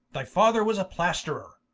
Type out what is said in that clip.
thy father was a playsterer,